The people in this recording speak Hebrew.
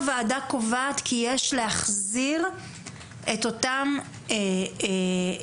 הוועדה קובעת כי יש להחזיר את אותן תוספות